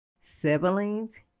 Siblings